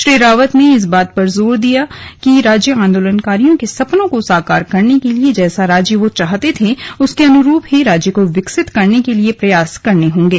श्री रावत ने इस बात पर जोर दिया कि राज्य आन्दोलनकारियो के सपनों को साकार करने के लिए जैसा राज्य वे चाहते थे उसके अनुरूप ही राज्य को विकसित करने के लिए प्रयास करने होंगे